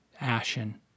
ashen